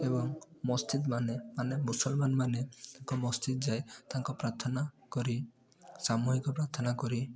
ଏବଂ ମସଜିଦ୍ ମାନେ ମାନେ ମୁସଲମାନମାନେ ଏକ ମସଜିଦ୍ ଯାଇ ତାଙ୍କ ପ୍ରାର୍ଥନା କରି ସାମୁହିକ ପ୍ରାର୍ଥନା କରି